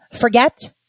forget